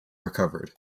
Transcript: recovered